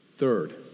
third